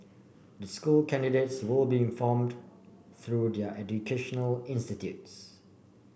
the school candidates will be informed through their educational institutes